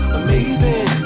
amazing